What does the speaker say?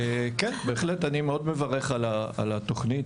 בהחלט, אני מאוד מברך על התוכנית.